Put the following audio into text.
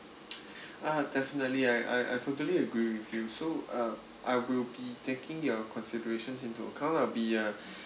ah definitely I I I totally agree with you so uh I will be taking your considerations into account I'll be uh